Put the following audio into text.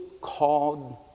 called